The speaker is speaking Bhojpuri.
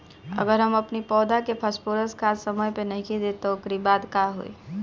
अगर हम अपनी पौधा के फास्फोरस खाद समय पे नइखी देत तअ ओकरी बाद का होई